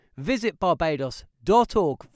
visitbarbados.org